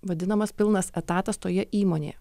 vadinamas pilnas etatas toje įmonėje